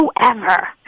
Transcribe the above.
whoever